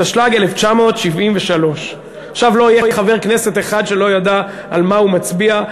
התשל"ג 1973. עכשיו לא יהיה חבר כנסת אחד שלא ידע על מה הוא מצביע,